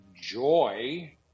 joy